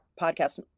podcast